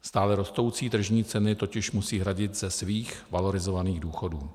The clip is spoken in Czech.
Stále rostoucí tržní ceny totiž musí hradit ze svých valorizovaných důchodů.